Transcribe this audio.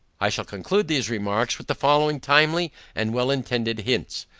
i shall conclude these remarks, with the following timely and well intended hints.